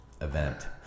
event